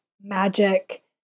magic